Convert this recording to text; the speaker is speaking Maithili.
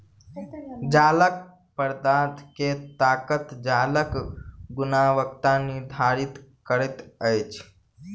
जालक पदार्थ के ताकत जालक गुणवत्ता निर्धारित करैत अछि